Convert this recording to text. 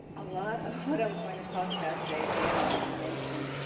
a lot of what i was going to talk about today, dan already mentioned,